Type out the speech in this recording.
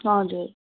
हजुर